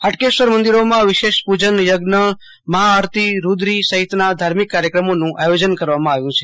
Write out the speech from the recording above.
હાટકેશ્વર મંદિરોમાં વિશેષ પુજન આરતી સહિતના ધાર્મિક કાર્યક્રમોનું આયોજન કરવામાં આવ્યું છે